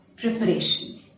preparation